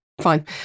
fine